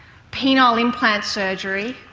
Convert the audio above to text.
penile implant surgery,